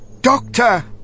Doctor